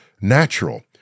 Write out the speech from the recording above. Natural